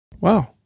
Wow